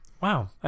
Wow